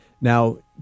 Now